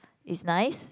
it's nice